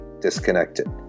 disconnected